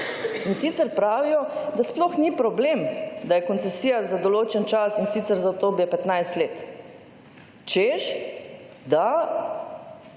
In sicer pravijo, da sploh ni problem, da je koncesija za določen čas, in sicer za obdobje 15 let, češ da